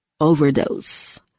overdose